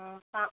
हाँ पाँच सौ